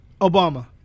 Obama